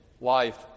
life